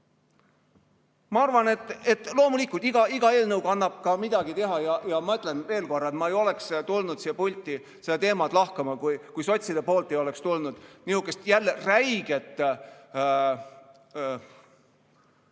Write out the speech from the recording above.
Ma arvan, et loomulikult iga eelnõuga annab ka midagi teha, ja ma ütlen veel kord, et ma ei oleks tulnud siia pulti seda teemat lahkama, kui sotside poolt ei oleks tulnud nihukest jälle räiget ja